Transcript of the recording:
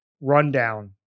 rundown